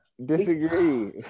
disagree